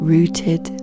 Rooted